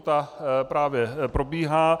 Ta právě probíhá.